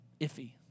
iffy